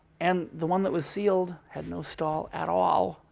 and the one that was sealed had no stall at all.